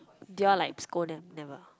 did you all like scold them never